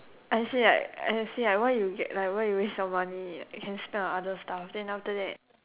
I said right I say like why you get like why you waste your money can spend on other stuff then after that